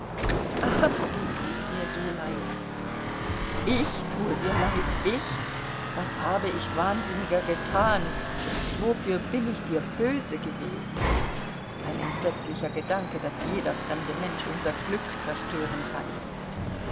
ach du tust mir so leid ich tue dir leid ich was habe ich wahnsinniger getan wofür bin ich dir böse gewesen ein entsetzlicher gedanke daß jeder fremde mensch unser glück zerstören kann